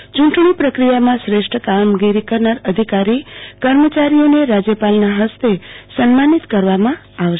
યુંટણી પ્રક્રિયામાં શ્રેષ્ઠ કામગીરી કરનાર અધિકારીકર્મચારીઓને રાજયપાલના હસ્તે સન્માનિત કરવામાં આવશે